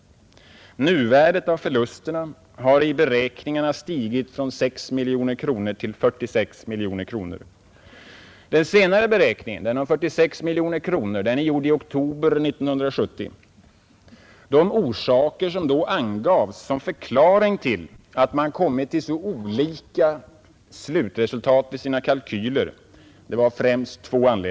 Nuvärdet av förlusterna har i beräkningarna stigit från 6 miljoner kronor till 46 miljoner kronor. Den senare beräkningen — 46 miljoner kronor — är gjord i oktober 1970. De orsaker som då angavs som förklaring till att man kommit till så olika slutsatser var främst två.